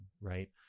right